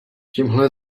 tímhle